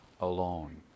alone